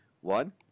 One